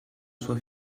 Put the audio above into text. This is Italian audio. sua